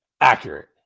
Accurate